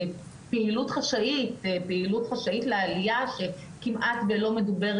פעילות חשאית לעלייה שכמעט ולא מדוברת